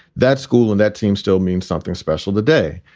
that school and that team still means something special today.